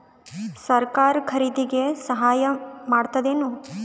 ಸರಕಾರ ಖರೀದಿಗೆ ಸಹಾಯ ಮಾಡ್ತದೇನು?